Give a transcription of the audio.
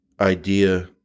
idea